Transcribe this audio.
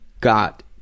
got